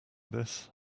this